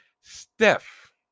Steph